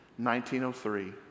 1903